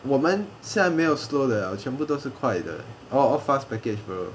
我们现在没有 slow 的了全部都是快的 all fast package bro